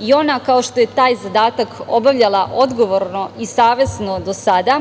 i ona, kao što je taj zadatak obavljala odgovorno i savesno do sada,